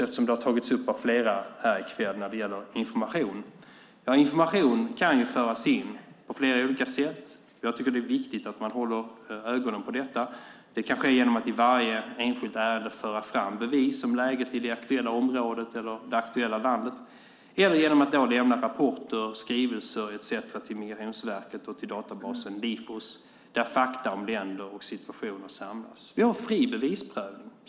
Flera har tagit upp frågan om information i kväll. Information kan föras in på flera olika sätt. Jag tycker att det är viktigt att man håller ögonen på detta. Det är kanske genom att i varje enskilt ärende föra fram bevis om läget i det aktuella området eller det aktuella landet eller genom att lämna rapporter, skrivelser etcetera till Migrationsverket och till databasen Lifos, där fakta om länder och situationer samlas. Vi har fri bevisprövning.